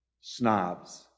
snobs